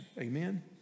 Amen